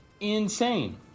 insane